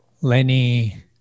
Lenny